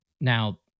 Now